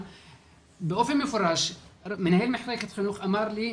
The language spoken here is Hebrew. באופן מפורש מנהל מחלקת חינוך אמר לי,